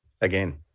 again